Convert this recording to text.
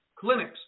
clinics